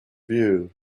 view